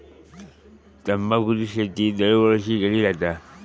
तंबाखूची शेती दरवर्षी केली जाता